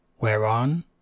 Whereon